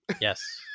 Yes